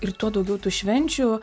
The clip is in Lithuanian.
ir tuo daugiau tų švenčių